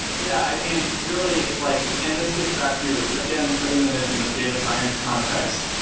yeah. i mean, really like and this gets back to, again, putting that in the data science context.